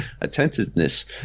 attentiveness